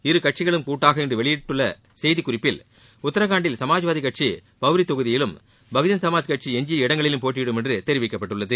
இருகட்சிகளும் கூட்டாக இன்று வெளியிடப்பட்டுள்ள செய்திக் குறிப்பில் உத்தரகண்டில் சமாந்வாதி கட்சி பவரி தொகுதியிலும் பகுஜன் சமாஜ் கட்சி எஞ்சிய இடங்களிலும் போட்டியிடும் என்று தெரிவிக்கப்பட்டுள்ளது